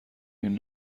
این